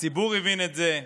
הציבור הבין את זה,